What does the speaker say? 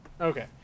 Okay